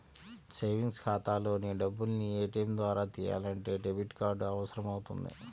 savings ఖాతాలోని డబ్బుల్ని ATM ద్వారా తియ్యాలంటే డెబిట్ కార్డు అవసరమవుతుంది